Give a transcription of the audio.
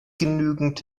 genügend